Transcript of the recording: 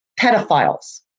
pedophiles